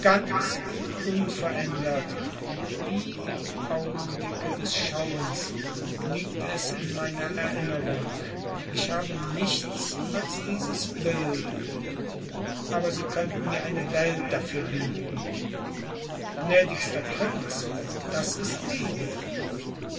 und unverändert wie im augenblicke des schauens liegt es in meiner erinnerung ich habe nichts als dieses bild aber sie könnten mir eine welt dafür bieten gnädigster prinz das ist liebe